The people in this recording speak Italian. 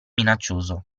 minaccioso